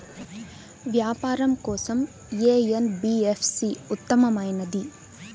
వ్యాపారం కోసం ఏ ఎన్.బీ.ఎఫ్.సి ఉత్తమమైనది?